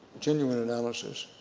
genuine analysis,